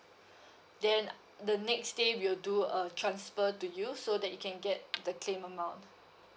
then the next day we'll do a transfer to you so that you can get the claimed amount